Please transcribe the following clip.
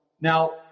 Now